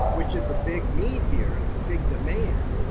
which is a big need here, it's a big demand,